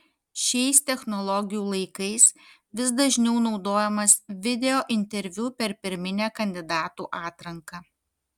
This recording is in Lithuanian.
šiais technologijų laikais vis dažniau naudojamas videointerviu per pirminę kandidatų atranką